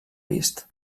vist